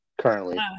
currently